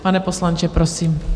Pane poslanče, prosím.